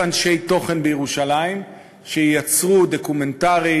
אנשי תוכן בירושלים שייצרו דוקומנטרי,